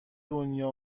دنیا